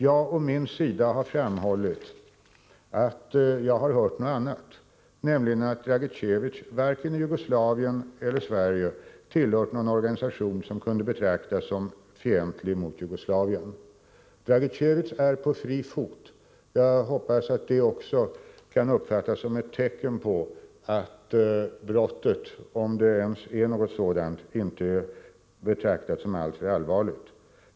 Jag å min sida har framhållit att jag har hört något annat, nämligen att 3 121 Dragicevic varken i Jugoslavien eller Sverige tillhört någon organisation som kunde betraktas som fientlig mot Jugoslavien. Dragicevic är på fri fot. Jag hoppas att det också kan uppfattas som ett tecken på att brottet, om det ens är något sådant, inte betraktas som alltför allvarligt.